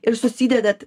ir susidedat